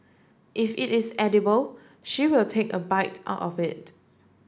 if it is edible she will take a bite out of it